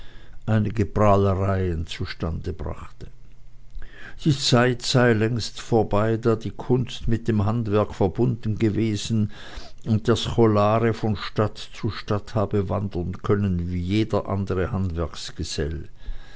einige prahlereien zustande brachte die zeit sei längst vorbei da die kunst mit dem handwerk verbunden gewesen und der scholare von stadt zu stadt habe wandern können wie jeder andere